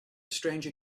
stranger